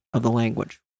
language